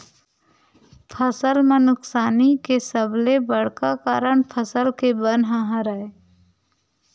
फसल म नुकसानी के सबले बड़का कारन फसल के बन ह हरय